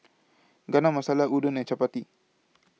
Chana Masala Udon and Chapati